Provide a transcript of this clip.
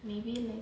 maybe